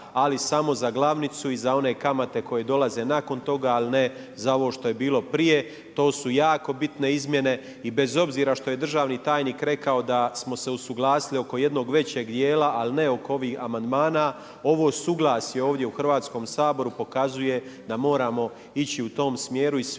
ali samo za glavnicu i za one kamate koje dolaze nakon toga, ali ne za ovo što je bilo prije. To su jako bitne izmjene. I bez obzira što je državni tajnik rekao da smo se usuglasili oko jednog većeg dijela, ali ne oko ovih amandmana, ovo suglasje ovdje u Hrvatskom saboru pokazuje da moramo ići u tom smjeru